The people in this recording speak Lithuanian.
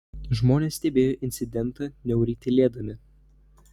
žmonės stebėjo incidentą niauriai tylėdami